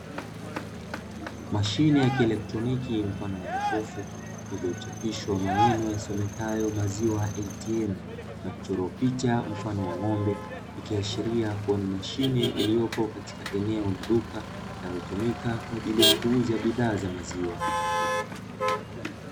Mashine ya kielektroniki mfano wa jokofu iliyochapishwa maneno yasomekayo maziwa “ATM” na kuchora picha mfano wa ng'ombe, ikiashiria kuwa ni mashine iliyopo katika eneo la duka linalotumika kwa ajili ya kuuza bidhaa za maziwa.